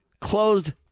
closed